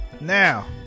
Now